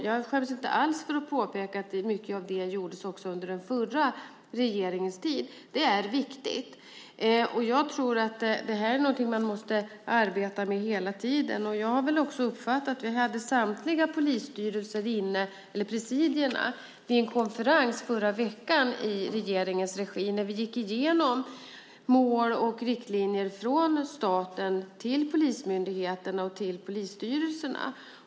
Jag skäms inte alls för att påpeka att mycket av det också gjordes under den förra regeringens tid. Det är viktigt. Jag tror att detta är någonting som man måste arbeta med hela tiden. Vi hade presidierna för samtliga polisstyrelser med på en konferens i förra veckan i regeringens regi. Då gick vi igenom mål och riktlinjer från staten till polismyndigheterna och till polisstyrelserna.